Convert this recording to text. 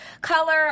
color